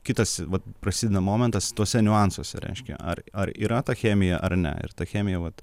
kitas vat prasideda momentas tuose niuansuose reiškia ar ar yra ta chemija ar ne ir ta chemija vat